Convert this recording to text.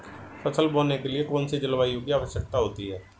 फसल बोने के लिए कौन सी जलवायु की आवश्यकता होती है?